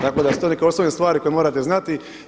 Tako da su to neke osnovne stvari koje morate znati.